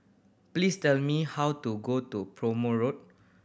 please tell me how to go to Prome Road